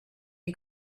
you